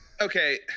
okay